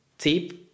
tip